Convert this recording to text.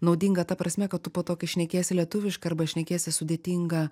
naudinga ta prasme kad tu po to kai šnekėsi lietuviškai arba šnekėsi sudėtingą